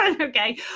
okay